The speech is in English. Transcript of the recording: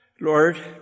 Lord